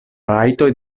rajtoj